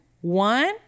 one